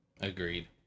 Agreed